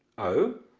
oh?